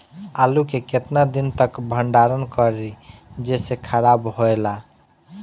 आलू के केतना दिन तक भंडारण करी जेसे खराब होएला?